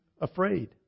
afraid